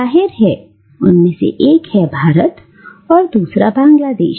जाहिर है एक भारत है और दूसरा बांग्लादेश